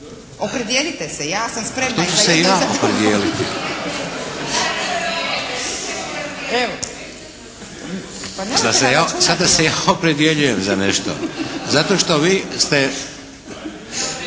Opredijelite se. Ja sam spremna.